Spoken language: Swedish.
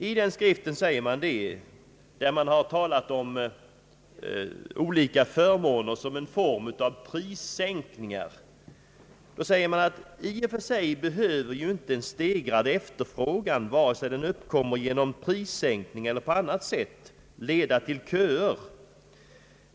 I den skriften, där man har talat om olika förmåner som en form av prissänkningar, säger man: »I och för sig behöver ju inte en stegrad efterfrågan, vare sig den uppkommer genom Pprissänkning eller på annat sätt, leda till köer.